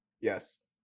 Yes